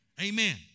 Amen